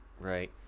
right